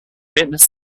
fitness